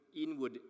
inward